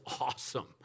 awesome